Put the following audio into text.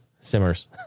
simmers